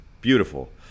beautiful